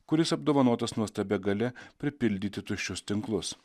kuris apdovanotas nuostabia galia pripildyti tuščius tinklus